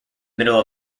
middle